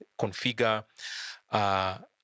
configure